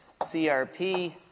CRP